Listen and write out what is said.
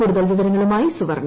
കൂടുതൽ വിവരങ്ങളുമായി സുവർണ